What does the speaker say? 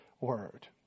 Word